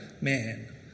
man